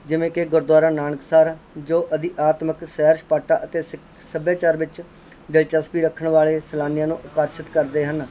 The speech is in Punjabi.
ਜਿਵੇਂ ਕਿ ਗੁਰਦੁਆਰਾ ਨਾਨਕਸਰ ਜੋ ਅਧਿਆਤਮਿਕ ਸੈਰ ਸਪਾਟਾ ਅਤੇ ਸਿੱ ਸੱਭਿਆਚਾਰ ਵਿੱਚ ਦਿਲਚਸਪੀ ਰੱਖਣ ਵਾਲੇ ਸੈਲਾਨੀਆਂ ਨੂੰ ਆਕਰਸ਼ਿਤ ਕਰਦੇ ਹਨ